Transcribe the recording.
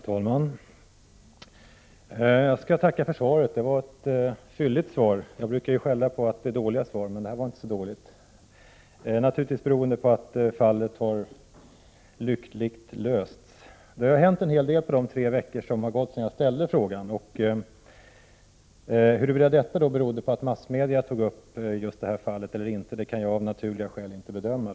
Herr talman! Jag skall tacka för svaret. Det var ett fylligt svar. Jag brukar ju skälla på att jag får dåliga svar, men det här var inte så dåligt. Det är naturligtvis beroende på att fallet lyckligen har lösts. Det har hänt en hel del under de tre veckor som har gått sedan jag ställde frågan. Huruvida det berodde på att massmedia tog upp just det här fallet eller inte, kan jag av naturliga skäl inte bedöma.